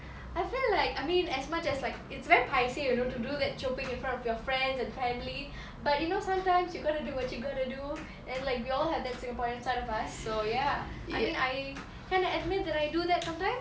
I feel like I mean as much as like it's very paiseh you know to do that choping in front of your friends and family but you know sometimes you got to do what you got to do and like we all have that singaporean side of us so ya I mean I kind of admit that I do that sometimes